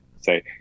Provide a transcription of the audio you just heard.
say